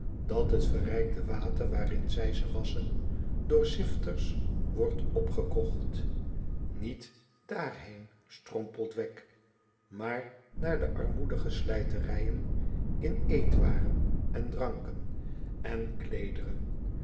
dat het verrijkte water waarin zij ze wasschen door zifters wordt opgekocht niet uirheen strompelt wegg maar naar de armoedige slijterijen in eetwaren en dranken en